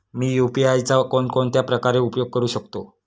मी UPI चा कोणकोणत्या प्रकारे उपयोग करू शकतो?